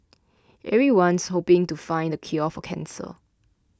everyone's hoping to find the cure for cancer